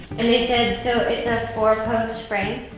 and, they said, so it's a four-post frame?